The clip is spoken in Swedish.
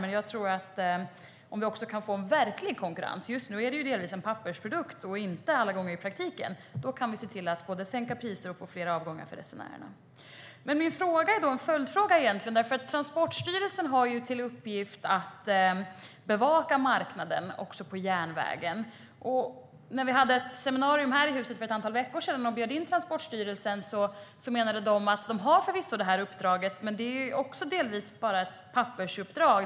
Just nu är konkurrensen delvis en pappersprodukt som inte finns i praktiken alla gånger, men om vi kan få verklig konkurrens tror jag att vi kan se till att både priserna sänks och avgångarna för resenärerna blir fler. Jag har en följdfråga. Transportstyrelsen har till uppgift att bevaka marknaden, också på järnvägen. När vi hade ett seminarium här i huset för ett antal veckor sedan och bjöd in Transportstyrelsen menade de att de förvisso har det uppdraget men att det delvis bara är ett pappersuppdrag.